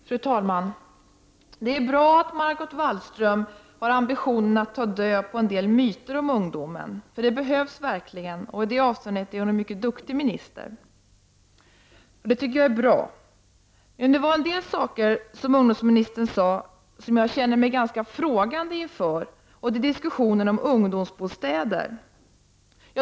Fru talman! Det är bra att Margot Wallström har ambitionen att ta död på en del myter om ungdom, för det behövs verkligen. I det avseendet är hon en mycket duktig minister. Det tycker jag är bra. Det var en del saker som ungdomsministern tog upp och som jag känner mig frågande inför. Det gäller diskussionen om ungdomsbostäder.